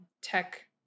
tech